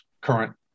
current